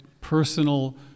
personal